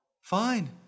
Fine